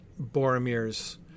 Boromir's